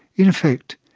in effect,